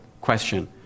question